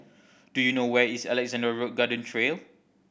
do you know where is Alexandra Road Garden Trail